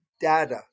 data